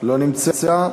לא נמצא.